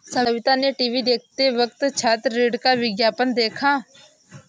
सविता ने टीवी देखते वक्त छात्र ऋण का विज्ञापन देखा